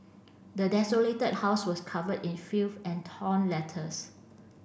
the desolated house was covered in filth and torn letters